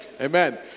Amen